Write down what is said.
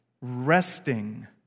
resting